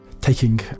Taking